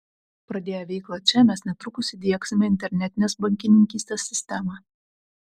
pradėję veiklą čia mes netrukus įdiegsime internetinės bankininkystės sistemą